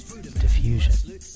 Diffusion